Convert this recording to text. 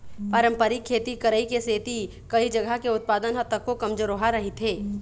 पारंपरिक खेती करई के सेती कइ जघा के उत्पादन ह तको कमजोरहा रहिथे